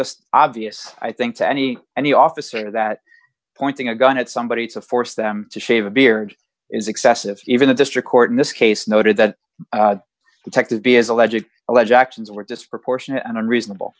just obvious i think to any any officer that pointing a gun at somebody to force them to shave a beard is excessive even the district court in this case noted that detective b as a legit alleged actions were disproportionate and unreasonable